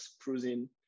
cruising